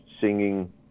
singing